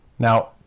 Now